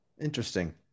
Interesting